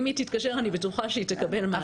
אם היא תתקשר אני בטוחה שהיא תקבל מענה אבל